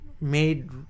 made